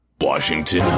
Washington